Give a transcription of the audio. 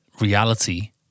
reality